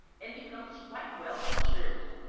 and becomes quite well and chirrupy.